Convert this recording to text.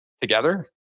together